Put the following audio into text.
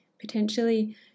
potentially